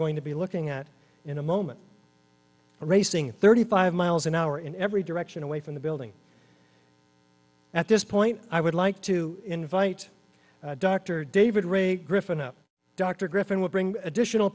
going to be looking at in a moment racing at thirty five miles an hour in every direction away from the building at this point i would like to invite dr david ray griffin up dr griffin will bring additional